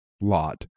lot